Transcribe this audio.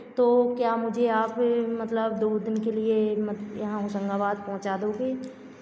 तो क्या आप मुझे मतलब दो दिन के लिए यहाँ होशंगाबाद पहुँचा दोगे